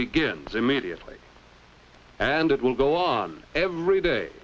big immediately and it will go on every day